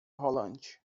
rolante